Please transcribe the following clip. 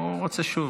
בבקשה.